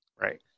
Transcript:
Right